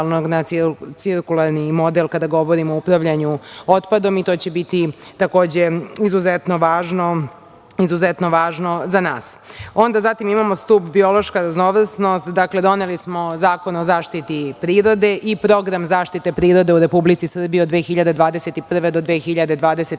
na cirkularni model kada govorimo o upravljanju otpadom i to će biti takođe izuzetno važno za nas. Zatim imamo stub – biološka raznovrsnost. Doneli smo Zakon o zaštiti prirode i program zaštite prirode u Republici Srbiji od 2021. do 2023.